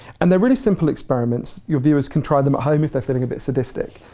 and they're really simple experiments. your viewers can try them at home if they're feeling a bit sadistic.